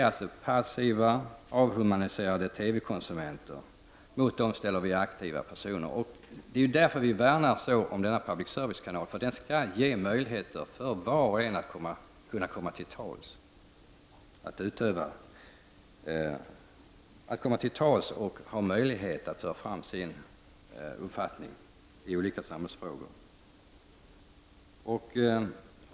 Mot passiva, avhumaniserade TV-konsumenter ställer vi aktiva personer. Det är därför vi värnar så om public service-kanalen. Den skall ge möjligheter för var och en att komma till tals och föra fram sin uppfattning i olika samhällsfrågor.